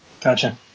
gotcha